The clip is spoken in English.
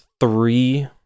three